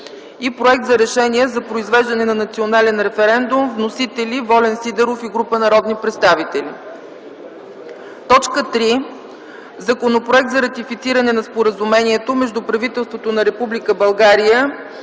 и проект за Решение за произвеждане на национален референдум. Вносители – Волен Сидеров и група народни представители. 3. Законопроект за ратифициране на Споразумението между правителството на